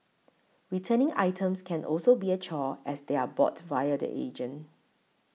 returning items can also be a chore as they are bought via the agent